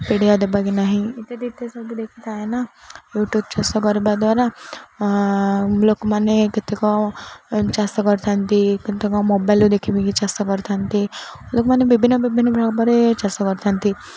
ପିଡ଼ିଆ ଦେବା କି ନାହିଁ ଇତ୍ୟାଦି ଇତ୍ୟାଦି ସବୁ ଦେଖିଥାଏ ନା ୟୁ ଟ୍ୟୁବ୍ ଚାଷ କରିବା ଦ୍ୱାରା ଲୋକମାନେ କେତେକ ଚାଷ କରିଥାନ୍ତି କେତେକ ମୋବାଇଲ ଦେଖି ବି ଚାଷ କରିଥାନ୍ତି ଲୋକମାନେ ବିଭିନ୍ନ ବିଭିନ୍ନ ଚାଷ କରିଥାନ୍ତି